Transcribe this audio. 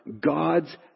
God's